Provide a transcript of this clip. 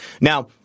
Now